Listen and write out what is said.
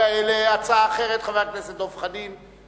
הצעה אחרת, חבר הכנסת דב חנין.